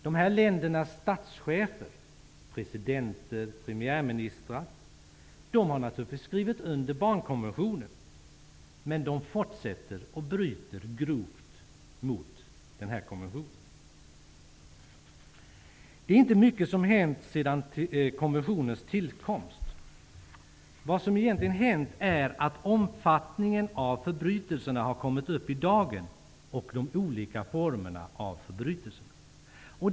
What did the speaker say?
Dessa länders statschefer, presidenter och premiärministrar har naturligtvis skrivit under Barnkonventionen. Men de fortsätter att grovt bryta mot denna konvention. Det är inte mycket som hänt sedan konventionens tillkomst. Vad som egentligen skett är att omfattningen av förbrytelserna och olika former av förbrytelser kommit fram i dagen.